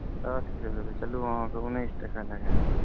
दश किलो लेबै चलूँ अहाँकेँ उन्नैस टके लगा देब